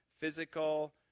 physical